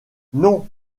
non